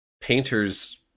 painters